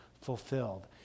fulfilled